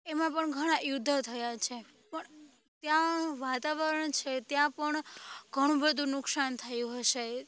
એમાં પણ ઘણા યુદ્ધ થયા છે પણ ત્યાં વાતાવરણ છે ત્યાં પણ ઘણું બધું નુકસાન થયું હશે